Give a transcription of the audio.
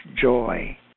joy